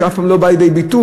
כזאת אף פעם לא באה לידי ביטוי,